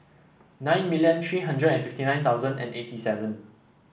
nine million three hundred and fifty nine thousand and eighty seven